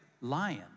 lion